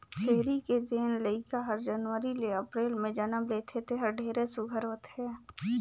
छेरी के जेन लइका हर जनवरी ले अपरेल में जनम लेथे तेहर ढेरे सुग्घर होथे